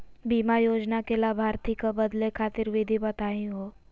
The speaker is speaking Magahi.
बीमा योजना के लाभार्थी क बदले खातिर विधि बताही हो?